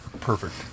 Perfect